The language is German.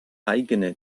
eigene